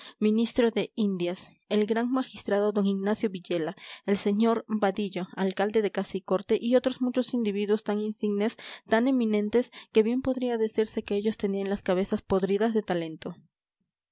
ministro de indias el gran magistrado d ignacio villela el sr vadillo alcalde de casa y corte y otros muchos individuos tan insignes tan eminentes que bien podía decirse de ellos que tenían las cabezas podridas de talento